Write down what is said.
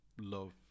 love